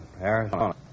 Arizona